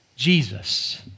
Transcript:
Jesus